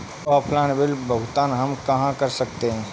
Offline bill भुगतान हम कहां कर सकते हैं?